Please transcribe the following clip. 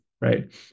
right